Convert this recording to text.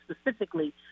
specifically